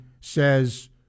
says